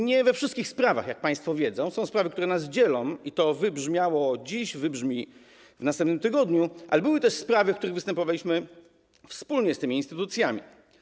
Nie we wszystkich sprawach, jak państwo wiedzą, bo są sprawy, które nas dzielą, i to wybrzmiało dziś, wybrzmi w następnym tygodniu, ale były też sprawy, w których występowaliśmy wspólnie z tymi instytucjami.